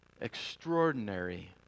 extraordinary